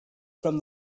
from